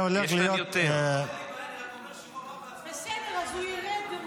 אני רק אומר שהוא אמר --- בסדר, הוא ירד.